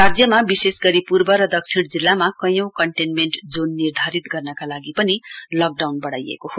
राज्यमा विशेष गरी पूर्व र दक्षिण जिल्लामा कैयौं कन्टेन्मेण्ट जोन निर्धारित गर्नका लागि पनि लकडाउन बढ़ाइएको हो